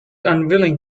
unwilling